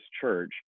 church